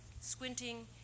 Squinting